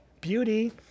beauty